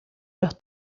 los